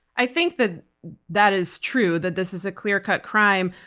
i think that that is true, that this is a clear cut crime.